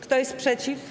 Kto jest przeciw?